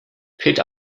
fehlt